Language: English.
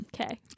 okay